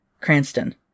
Cranston